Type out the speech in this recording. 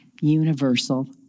universal